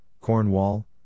Cornwall